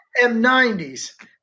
m90s